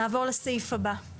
נעבור לסעיף הבא.